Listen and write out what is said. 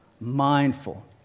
mindful